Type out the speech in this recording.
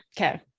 okay